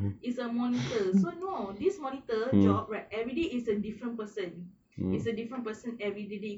is a monitor so no this monitor job right everyday is a different person is a different person everyday